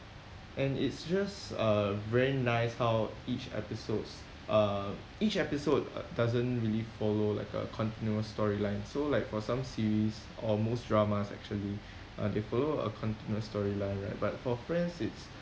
and it's just uh very nice how each episodes uh each episode doesn't really follow like a continuous storyline so like for some series or most dramas actually uh they follow a continuous storyline right but for friends it's